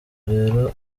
rero